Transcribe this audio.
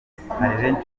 bafata